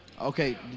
Okay